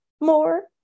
more